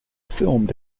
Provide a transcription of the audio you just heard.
filmed